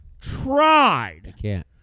tried